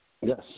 Yes